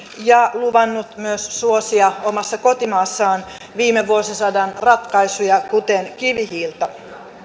ja luvannut myös suosia omassa kotimaassaan viime vuosisadan ratkaisuja kuten kivihiiltä